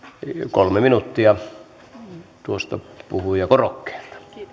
kolme minuuttia tuosta puhujakorokkeelta